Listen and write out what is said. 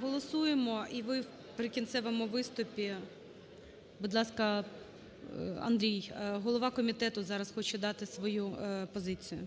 Голосуємо. І ви в прикінцевому виступі… Будь ласка, Андрій. Голова комітету зараз хоче дати свою позицію.